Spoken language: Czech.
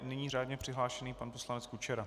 Nyní řádně přihlášený pan poslanec Kučera.